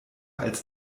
als